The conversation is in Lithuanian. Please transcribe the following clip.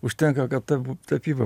užtenka kad ta tapyba